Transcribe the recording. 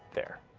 there.